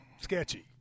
sketchy